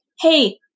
hey